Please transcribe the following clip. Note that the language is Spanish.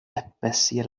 especies